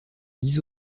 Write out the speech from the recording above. dix